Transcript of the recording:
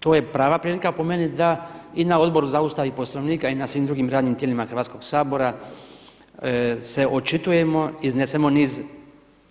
To je prava prilika po meni da i na Odboru za Ustav, Poslovnik a i na svim drugim radnim tijelima Hrvatskoga sabora se očitujemo iznesemo niz